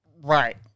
right